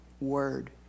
word